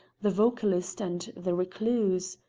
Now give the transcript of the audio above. the vocalist, and the recluse.